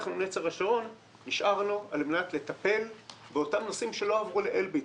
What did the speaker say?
ואנחנו נצר השרון נשארנו על מנת לטפל באותם נושאים שלא עברו לאלביט,